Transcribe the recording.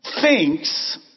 thinks